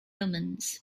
omens